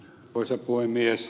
arvoisa puhemies